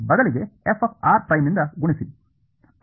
ಬದಲಿಗೆ fr ನಿಂದ ಗುಣಿಸಿ